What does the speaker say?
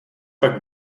pak